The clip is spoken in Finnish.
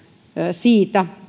siitä